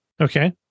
Okay